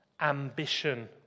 ambition